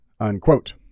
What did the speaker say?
unquote